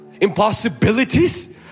Impossibilities